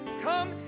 Come